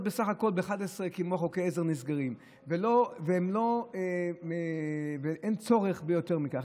בסך הכול ב-23:00 נסגרות עקב חוקי העזר ואין צורך ביותר מכך.